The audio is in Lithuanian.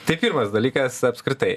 tai pirmas dalykas apskritai